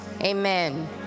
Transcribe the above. amen